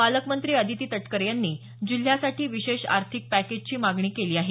पालकमंत्री अदिती तटकरे यांनी जिल्ह्यासाठी विशेष आर्थिक पॅकेजची मागणी केली आहे